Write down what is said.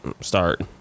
start